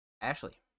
Ashley